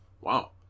Wow